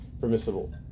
permissible